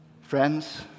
Friends